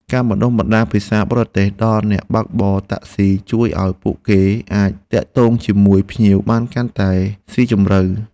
ការបណ្តុះបណ្តាលភាសាបរទេសដល់អ្នកបើកបរតាក់ស៊ីជួយឱ្យពួកគេអាចទាក់ទងជាមួយភ្ញៀវបានកាន់តែស៊ីជម្រៅ។